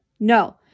no